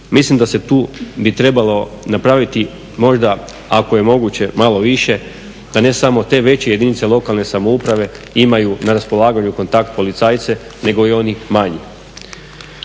Mislim da bi tu trebalo napraviti možda ako je moguće više da ne samo te veće jedinice lokalne samouprave imaju na raspolaganju kontakt policajce nego i oni manji.